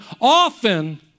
Often